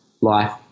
life